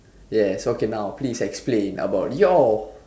yes okay now please explain about your